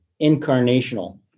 incarnational